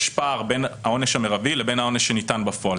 יש פער בין העונש המרבי לבין העונש שניתן בפועל.